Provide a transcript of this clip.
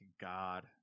God